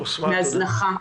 מהזנחה,